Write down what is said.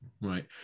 Right